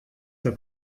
der